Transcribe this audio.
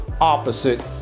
opposite